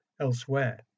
elsewhere